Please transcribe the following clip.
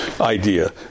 idea